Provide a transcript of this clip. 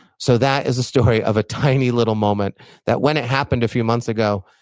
so that is a story of a tiny little moment that when it happened a few months ago,